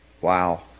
Wow